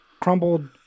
crumbled